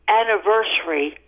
anniversary